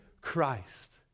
Christ